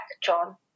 John